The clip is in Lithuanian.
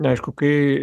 aišku kai